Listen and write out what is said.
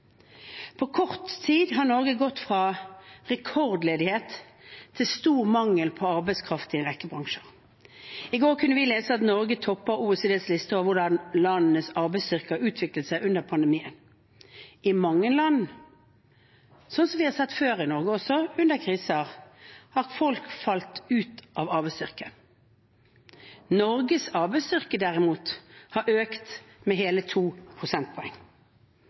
På kort tid har Norge gått fra rekordledighet til stor mangel på arbeidskraft i en rekke bransjer. I går kunne vi lese at Norge topper OECDs liste over hvordan landenes arbeidsstyrke har utviklet seg under pandemien. I mange land, som vi også har sett i Norge før under kriser, har folk falt ut av arbeidsstyrken. Norges arbeidsstyrke derimot har økt med hele 2 prosentpoeng.